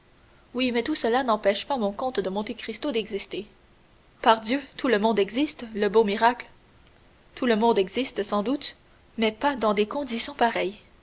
oui mais tout cela n'empêche pas mon comte de monte cristo d'exister pardieu tout le monde existe le beau miracle tout le monde existe sans doute mais pas dans des conditions pareilles